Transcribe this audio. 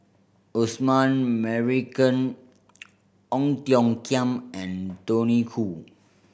Osman Merican Ong Tiong Khiam and Tony Khoo